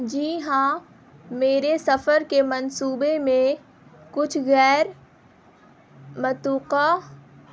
جی ہاں میرے سفر کے منصوبے میں کچھ غیر متوقعہ